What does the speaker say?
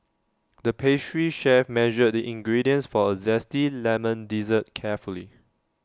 the pastry chef measured the ingredients for A Zesty Lemon Dessert carefully